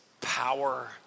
power